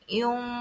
yung